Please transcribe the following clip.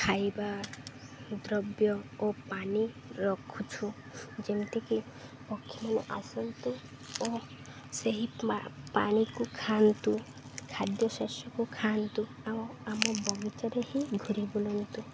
ଖାଇବା ଦ୍ରବ୍ୟ ଓ ପାନି ରଖୁଛୁ ଯେମିତିକି ପକ୍ଷୀ ଆସନ୍ତୁ ଓ ସେହି ମା ପାଣିକୁ ଖାଆନ୍ତୁ ଖାଦ୍ୟ ଶଷ୍ୟକୁ ଖାଆନ୍ତୁ ଆଉ ଆମ ବଗିଚାରେ ହିଁ ଘୁରି ବୁଲନ୍ତୁ